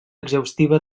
exhaustiva